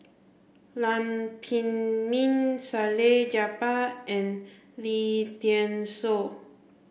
Lam Pin Min Salleh Japar and Lim Thean Soo